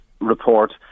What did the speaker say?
report